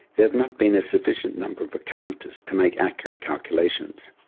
there have not been a sufficient number of occurrences to make accurate calculations.